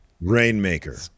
Rainmaker